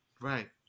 right